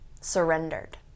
surrendered